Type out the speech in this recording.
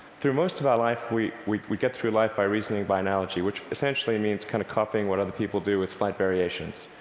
through most of our life, we we get through life by reasoning by analogy, which essentially means kind of copying what other people do with slight variations.